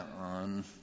on